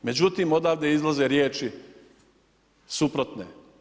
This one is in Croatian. Međutim odavde izlaze riječi suprotne.